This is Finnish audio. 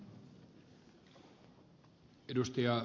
kannatan ed